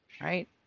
right